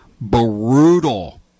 Brutal